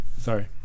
sorry